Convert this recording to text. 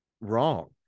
wrong